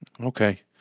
Okay